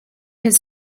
his